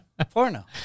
Porno